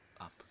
up